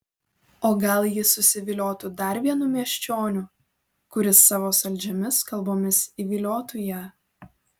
o gal ji susiviliotų dar vienu miesčioniu kuris savo saldžiomis kalbomis įviliotų ją